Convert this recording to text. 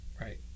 Right